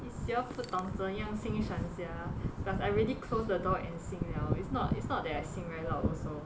it's you all 不懂怎样欣赏 sia plus I already closed the door and sing 了 it's not it's not that I sing very loud also